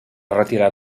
retirar